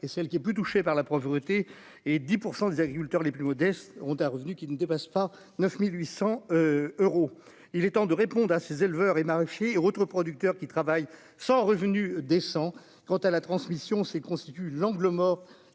et celle qui est plus touchés par la pauvreté et 10 % des agriculteurs les plus modestes ont revenu qui ne dépasse pas 9800 euros, il est temps de répondre à ces éleveurs et maraîchers et autres producteurs qui travaillent sans revenu décent quant à la transmission c'est constitue l'angle mort